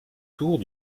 tours